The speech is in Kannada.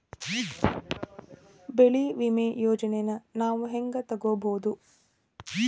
ಬೆಳಿ ವಿಮೆ ಯೋಜನೆನ ನಾವ್ ಹೆಂಗ್ ತೊಗೊಬೋದ್?